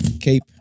cape